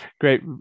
great